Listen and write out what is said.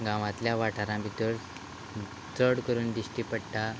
गांवांतल्या वाठारां भितर चड करून दिश्टी पडटा